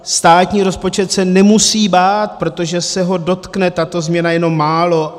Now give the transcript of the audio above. Státní rozpočet se nemusí bát, protože se ho dotkne tato změna jenom málo.